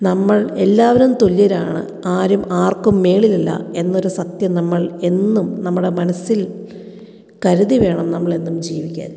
നമ്മൾ എല്ലാവരും തുല്യരാണ് ആരും ആർക്കും മുകളിൽ അല്ല എന്നൊരു സത്യം നമ്മൾ എന്നും നമ്മുടെ മനസ്സിൽ കരുതി വേണം നമ്മൾ എന്നും ജീവിക്കാൻ